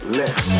less